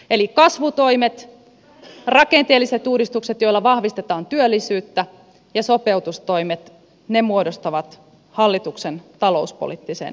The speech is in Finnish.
eli kasvutoimet rakenteelliset uudistukset joilla vahvistetaan työllisyyttä ja sopeutustoimet muodostavat hallituksen talouspoliittisen linjan